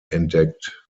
entdeckt